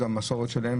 זו המסורת שלהם,